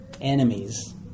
Enemies